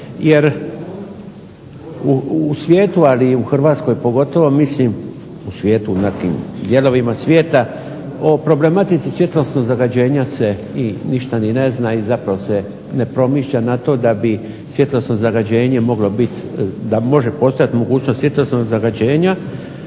jer u svijetu ali i u Hrvatskoj pogotovo, u nekim dijelovima svijeta o problematici svjetlosnog zagađenje ništa se ni ne zna, ni zapravo se ne pomišlja na to da može postojati mogućnost svjetlosnog oštećenja,